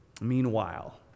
Meanwhile